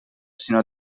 sinó